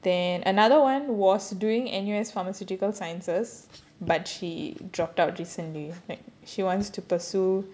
then another one was doing N_U_S pharmaceutical sciences but she dropped out recently like she wants to pursue